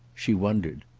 she wondered.